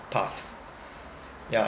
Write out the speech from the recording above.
path yeah